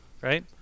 Right